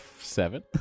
seven